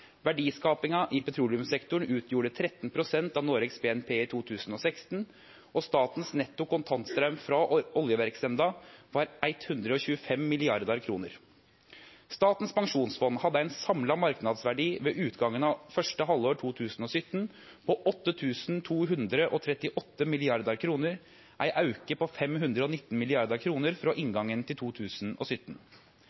Verdiskapinga i petroleumssektoren utgjorde 13 pst. av Noregs BNP i 2016, og statens netto kontantstraum frå oljeverksemda var 125 mrd. kr. Statens pensjonsfond hadde ein samla marknadsverdi ved utgangen av første halvår 2017 på 8 238 mrd. kr, ein auke på 519 mrd. kr frå